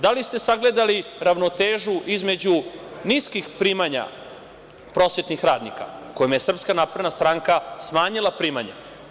Da li ste sagledali ravnotežu između niskih primanja prosvetnih radnika kojima je Srpska napredna stranka smanjila primanja?